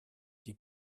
die